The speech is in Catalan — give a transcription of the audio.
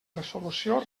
resolució